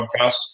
podcast